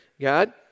God